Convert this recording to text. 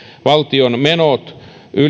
valtion menot